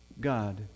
God